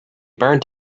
burnt